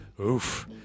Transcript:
Oof